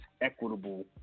equitable